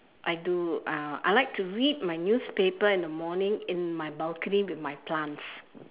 I do uh I like to read my newspaper in the morning in my balcony with my plants